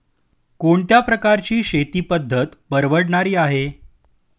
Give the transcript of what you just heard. कोणत्या प्रकारची शेती पद्धत परवडणारी आहे?